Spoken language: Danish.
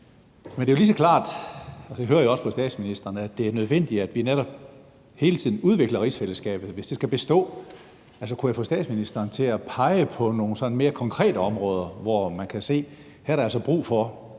Men det er jo lige så klart, og det hører jeg også på statsministeren, at det er nødvendigt, at vi netop hele tiden udvikler rigsfællesskabet, hvis det skal bestå. Altså, kunne jeg få statsministeren til at pege på nogle sådan mere konkrete områder, hvor man kan se, at der altså er brug for,